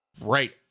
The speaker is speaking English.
right